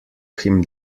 him